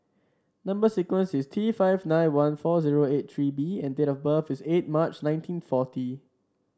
number sequence is T five nine one four zero eight three B and date of birth is eight March nineteen forty